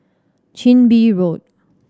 Chin Bee Road